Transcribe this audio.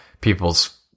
people's